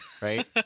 right